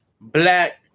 black